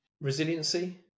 Resiliency